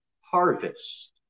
harvest